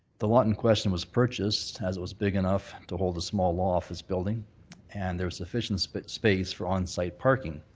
the lot in question was purchased as it was big enough to hold a small law office building and there was sufficient but space for on-site parking.